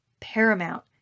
paramount